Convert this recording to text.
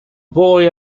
boy